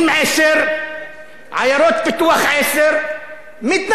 עיירות פיתוח 10, מתנחלים 10 אפילו אמרו,